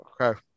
Okay